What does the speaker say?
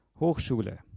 Hochschule